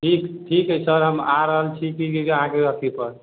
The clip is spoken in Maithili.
ठीक ठीक अछि सर हम आ रहल छी कि अहाँकेँ अथि पर